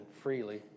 freely